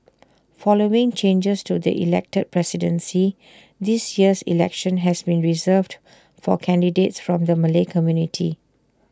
following changes to the elected presidency this year's election has been reserved for candidates from the Malay community